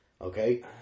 Okay